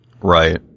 Right